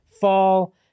fall